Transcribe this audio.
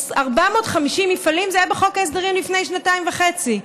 450 מפעלים; זה היה בחוק ההסדרים לפני שנתיים וחצי,